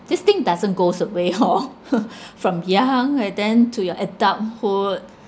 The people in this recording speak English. this thing doesn't goes away hor from young and then to your adulthood